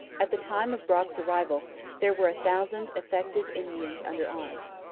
at the time of brock's arrival there were a thousand effective indians under arms.